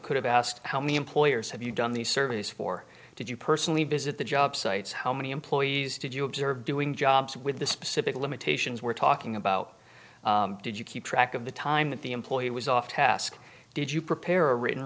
could have asked how many employers have you done these surveys for did you personally visit the job sites how many employees did you observe doing jobs with the specific limitations we're talking about did you keep track of the time that the employee was off task did you prepare a written